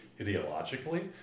ideologically